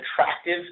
attractive